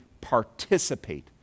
participate